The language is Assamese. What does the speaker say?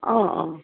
অঁ অঁ